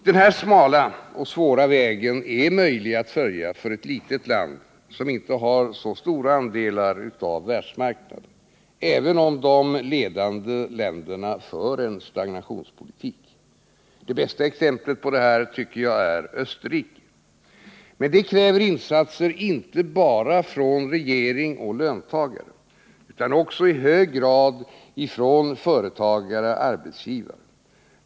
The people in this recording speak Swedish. Den smala och svåra vägen är möjlig att följa för ett litet land som inte har så stora andelar av världsmarknaden, även om de ledande länderna för en stagnationspolitik. Det bästa exemplet på detta är Österrike. Men det kräver insatser inte bara från regering och löntagare utan också i hög grad från företagare-arbetsgivare.